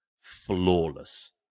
flawless